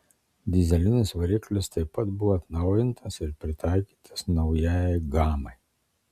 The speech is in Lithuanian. dyzelinis variklis taip pat buvo atnaujintas ir pritaikytas naujajai gamai